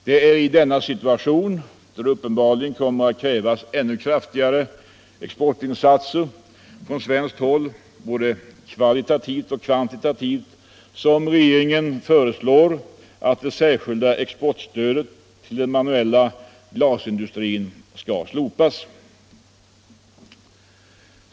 Det är i denna situation, där det uppenbarligen kommer att krävas ännu kraftigare exportinsatser från svenskt håll, både kvalitativt och kvantitativt, som regeringen föreslår att det särskilda exportstödet till den manuella glasindustrin skall slopas.